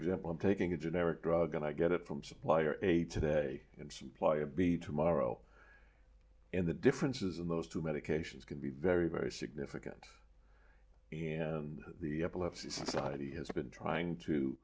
example i'm taking a generic drug and i get it from supplier a today and supply a b tomorrow and the differences in those two medications can be very very significant and the epilepsy has been trying to